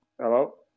hello